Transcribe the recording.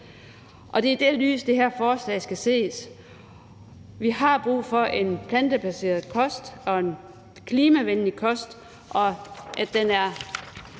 Det er i det lys, det her forslag skal ses. Vi har brug for en plantebaseret kost og en klimavenlig kost, og at den er